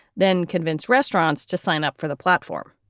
then convince restaurants to sign up for the platform.